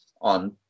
on